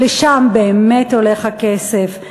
שלשם באמת הולך הכסף.